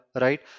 Right